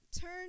Turn